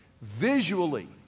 visually